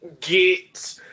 get